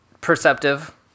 Perceptive